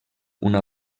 una